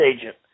agent